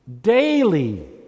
daily